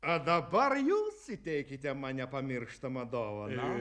na dabar jūs įteikite man nepamirštamą dovaną